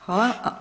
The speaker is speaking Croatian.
Hvala.